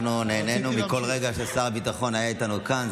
אנחנו נהנינו מכל רגע ששר הביטחון היה איתנו כאן.